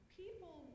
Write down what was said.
people